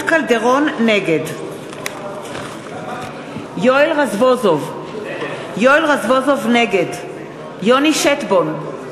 נגד יואל רזבוזוב, נגד יוני שטבון,